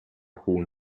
hohen